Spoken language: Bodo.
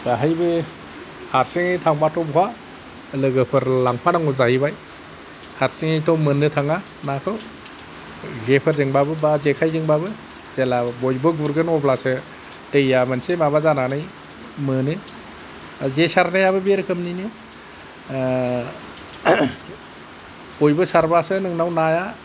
बेहायबो हारसिङै थांबाथ' बहा लोगोफोर लांफानांगौ जाहैबाय हारसिङैथ' मोननो थाङा नाखौ जेफोरजोंबाबो बा जेखायजोंबो जेब्ला बयबो गुरगोन अब्लासो दैया मोनसे माबा जानानै मोनो जे सारनायाबो बे रोखोमनिनो बयबो सारबासो नोंनाव नाया